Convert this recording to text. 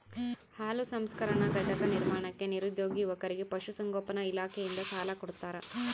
ಹಾಲು ಸಂಸ್ಕರಣಾ ಘಟಕ ನಿರ್ಮಾಣಕ್ಕೆ ನಿರುದ್ಯೋಗಿ ಯುವಕರಿಗೆ ಪಶುಸಂಗೋಪನಾ ಇಲಾಖೆಯಿಂದ ಸಾಲ ಕೊಡ್ತಾರ